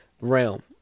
realm